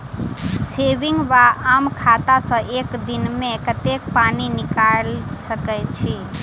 Saving वा आम खाता सँ एक दिनमे कतेक पानि निकाइल सकैत छी?